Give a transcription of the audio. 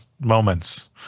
moments